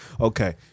okay